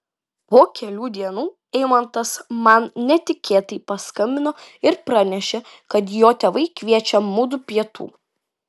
po kelių dienų eimantas man netikėtai paskambino ir pranešė kad jo tėvai kviečia mudu pietų